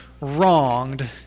wronged